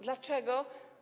Dlaczego?